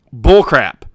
Bullcrap